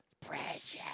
Precious